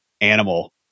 animal